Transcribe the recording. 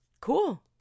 cool